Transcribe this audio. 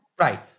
Right